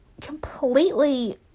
completely